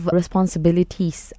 responsibilities